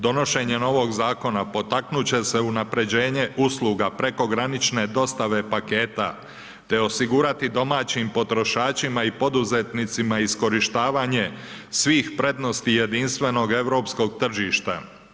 Donošenjem ovog zakona potaknuti će se unapređenje usluga prekogranične dostave paketa te osigurati domaćim potrošačima i poduzetnicima iskorištavanje svih prednosti jedinstvenog europskog tržišta.